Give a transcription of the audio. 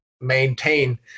maintain